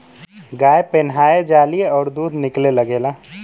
गाय पेनाहय जाली अउर दूध निकले लगेला